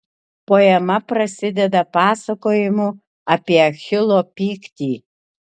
poema prasideda pasakojimu apie achilo pyktį